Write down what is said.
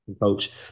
coach